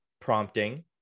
prompting